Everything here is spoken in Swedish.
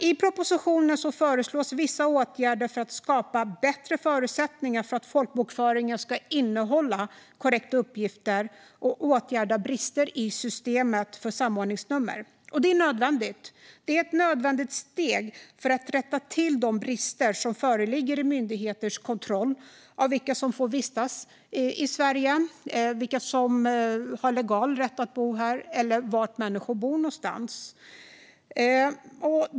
I propositionen föreslås vissa åtgärder för att skapa bättre förutsättningar för att folkbokföringen ska innehålla korrekta uppgifter samt åtgärda brister i systemet för samordningsnummer. Det är ett nödvändigt steg för att rätta till de brister som föreligger i myndigheters kontroll av vilka som får vistas i Sverige, vilka som har legal rätt att bo här och var människor faktiskt bor.